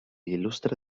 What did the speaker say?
il·lustre